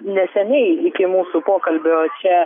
neseniai iki mūsų pokalbio čia